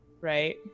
right